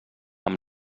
amb